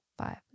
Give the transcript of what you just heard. five